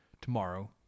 tomorrow